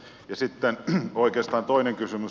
ja sitten oikeastaan toinen kysymys